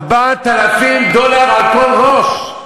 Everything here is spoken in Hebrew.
4,000 דולר על כל ראש.